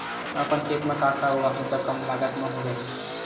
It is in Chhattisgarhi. अपन खेत म का का उगांहु त कम लागत म हो जाही?